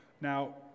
Now